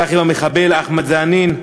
כך עם המחבל אחמד זענין,